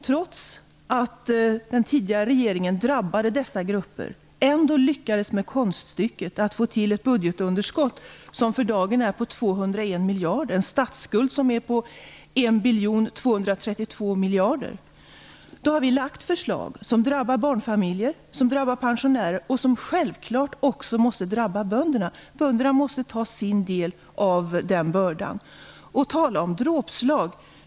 Trots att den tidigare regeringen gjorde så att dessa grupper drabbades lyckades den ändå med konststycket att få till ett budgetunderskott som för dagen uppgår till 201 miljarder och en statsskuld som uppgår till 1 232 miljarder. Därför har vi lagt fram förslag som drabbar barnfamiljer och pensionärer och som självfallet måste drabba även bönderna. Bönderna måste bära sin del av bördan. Tala om dråpslag!